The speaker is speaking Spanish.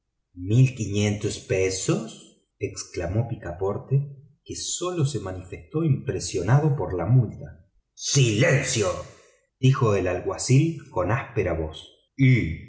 trescientas libras exclamó picaporte que sólo se manifestó impresionado por la multa silencio dijo el alguacil con áspera voz y